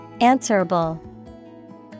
Answerable